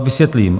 Vysvětlím.